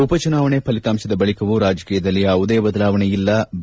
ಉಪಚುನಾವಣೆ ಫಲಿತಾಂಶದ ಬಳಿಕವೂ ರಾಜಕೀಯದಲ್ಲಿ ಯಾವುದೇ ಬದಲಾವಣೆ ಇಲ್ಲ ಬಿ